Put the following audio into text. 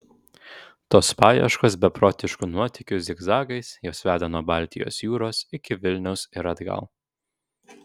tos paieškos beprotiškų nuotykių zigzagais juos veda nuo baltijos jūros iki vilniaus ir atgal